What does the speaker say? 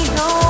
no